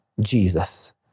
Jesus